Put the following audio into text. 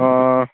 অ'